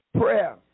Prayer